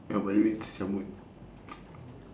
dapat duit terus cabut